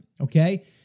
Okay